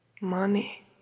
money